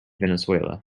venezuela